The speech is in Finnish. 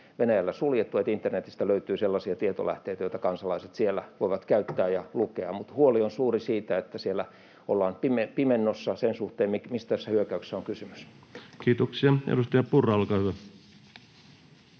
Venäjällä vielä suljettu: internetistä löytyy sellaisia tietolähteitä, joita kansalaiset siellä voivat käyttää ja lukea. Mutta huoli on suuri siitä, että siellä ollaan pimennossa sen suhteen, mistä tässä hyökkäyksessä on kysymys. [Speech 8] Speaker: